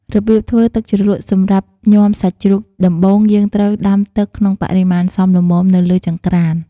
របៀបធ្វើទឹកជ្រលក់សម្រាប់ញាំសាច់ជ្រូកដំបូងយើងត្រូវដាំទឺកក្នុងបរិមាណសមល្មមនៅលើចង្ក្រាន។